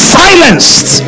silenced